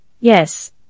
yes